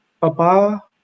papa